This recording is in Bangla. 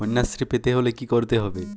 কন্যাশ্রী পেতে হলে কি করতে হবে?